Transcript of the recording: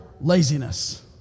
laziness